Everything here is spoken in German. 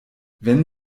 wenn